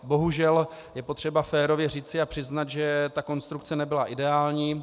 Bohužel je potřeba férově říci a přiznat, že ta konstrukce nebyla ideální.